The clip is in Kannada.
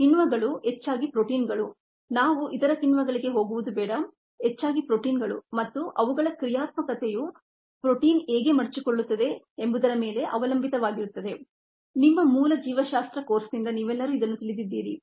ಕಿಣ್ವಗಳು ಹೆಚ್ಚಾಗಿ ಪ್ರೋಟೀನ್ಗಳು ನಾವು ಇತರ ಕಿಣ್ವಗಳಿಗೆ ಹೋಗುವುದು ಬೇಡ ಹೆಚ್ಚಾಗಿ ಪ್ರೋಟೀನ್ಗಳು ಮತ್ತು ಅವುಗಳ ಕ್ರಿಯಾತ್ಮಕತೆಯು ಪ್ರೋಟೀನ್ ಹೇಗೆ ಮಡಚಿಕೊಳ್ಳುತ್ತದೆ ಎಂಬುದರ ಮೇಲೆ ಅವಲಂಬಿತವಾಗಿರುತ್ತದೆ ನಿಮ್ಮ ಮೂಲ ಜೀವಶಾಸ್ತ್ರ ಕೋರ್ಸ್ನಿಂದ ನೀವೆಲ್ಲರೂ ಇದನ್ನು ತಿಳಿದಿದ್ದೀರಿ